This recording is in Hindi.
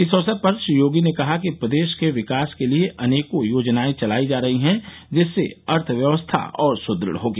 इस अवसर पर श्री योगी ने कहा कि प्रदेश के विकास के लिए अनेकों योजनाएं चलाई जा रही है जिससे अर्थव्यवस्था और सुदृढ़ होगी